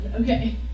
Okay